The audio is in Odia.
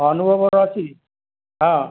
ଅନୁଭବ ଅଛି ହଁ